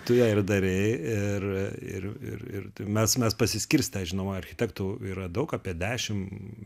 tu ją ir darei ir ir ir ir mes mes pasiskirstę žinoma architektų yra daug apie dešim